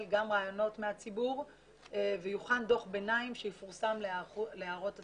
רעיונות מהציבור ויוכן דוח ביניים שיפורסם להערות הציבור.